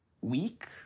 week